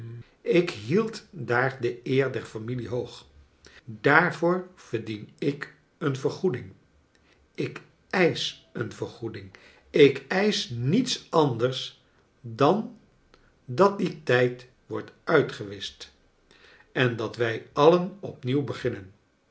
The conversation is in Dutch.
ik hield daar de eer der familie hoog daarvoor verdien ik een vergoeding ik eisch een vergoeding ik eisch niets anders dan dat die tijd worde uitgewischt en dat wij alien opnieuw beginnen